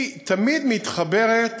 היא תמיד מתחברת